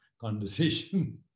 conversation